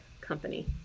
company